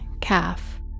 calf